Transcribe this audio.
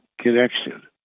connection